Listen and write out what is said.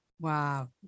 Wow